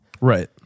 Right